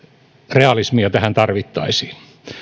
realismia tähän tarvittaisiin